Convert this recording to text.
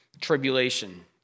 tribulation